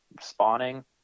spawning